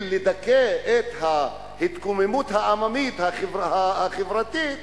לדכא את ההתקוממות העממית החברתית,